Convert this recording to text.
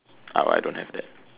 uh I don't have that